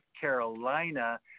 carolina